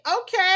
okay